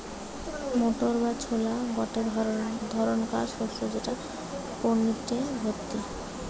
motor বা ছোলা গটে ধরণকার শস্য যেটা প্রটিনে ভর্তি